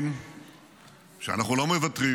חברי הכנסת, לא לעזור.